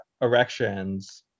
erections